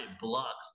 blocks